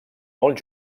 molt